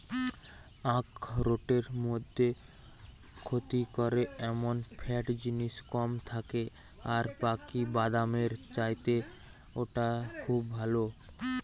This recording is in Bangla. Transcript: আখরোটের মধ্যে ক্ষতি করে এমন ফ্যাট জিনিস কম থাকে আর বাকি বাদামের চাইতে ওটা খুব ভালো